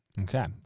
Okay